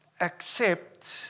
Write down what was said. accept